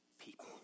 people